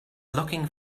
looking